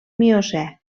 miocè